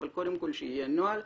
אבל קודם כול שיהיה נוהל,